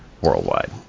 worldwide